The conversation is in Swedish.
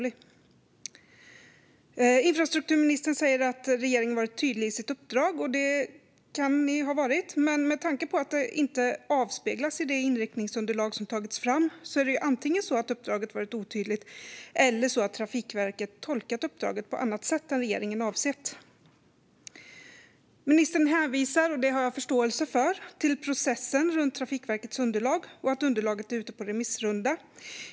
Infrastrukturministern säger att regeringen har varit tydlig i sitt uppdrag, och så kan det ha varit, men med tanke på att detta inte avspeglas i det inriktningsunderlag som tagits fram är det antingen så att uppdraget varit otydligt eller att Trafikverket tolkat uppdraget på annat sätt än regeringen avsett. Ministern hänvisar, och det har jag förståelse för, till processen runt Trafikverkets underlag och till att underlaget är ute på remissrunda.